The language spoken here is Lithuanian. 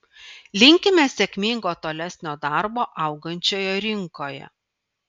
linkime sėkmingo tolesnio darbo augančioje rinkoje